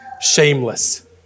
shameless